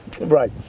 Right